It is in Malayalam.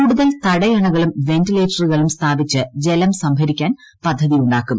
കൂടുതൽ തടയണകളും വെന്റിലേറ്ററുകളും സ്ഥാപിച്ച് ജലം സംഭരിക്കാൻ പദ്ധതി ഉണ്ടാക്കും